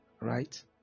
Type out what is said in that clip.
right